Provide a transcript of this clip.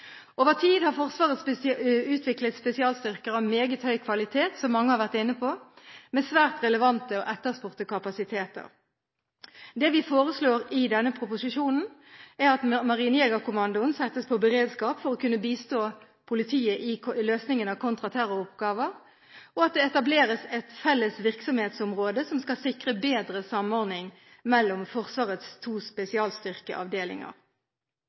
Over tid har Forsvaret utviklet spesialstyrker av meget høy kvalitet – som mange har vært inne på – med svært relevante og etterspurte kapasiteter. Det vi foreslår i denne proposisjonen, er at Marinejegerkommandoen settes på beredskap for å kunne bistå politiet i løsningen av kontraterroroppgaver, og at det etableres et felles virksomhetsområde som skal sikre bedre samordning mellom Forsvarets to spesialstyrkeavdelinger.